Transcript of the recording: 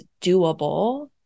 doable